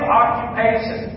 occupation